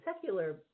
secular